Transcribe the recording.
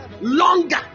longer